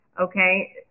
okay